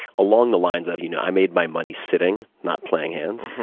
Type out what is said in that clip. along the lines of, you know, i made my money sitting, not playing hands.